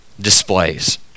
displays